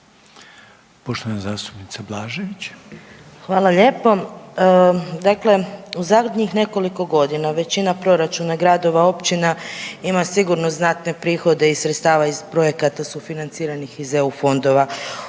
Anamarija (HDZ)** Hvala lijepo. Dakle u zadnjih nekoliko godina, većina proračuna gradova, općina ima sigurno znatne prihode i sredstava iz projekata sufinanciranih iz EU fondova.